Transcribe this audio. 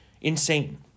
insane